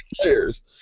players